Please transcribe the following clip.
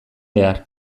behar